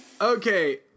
Okay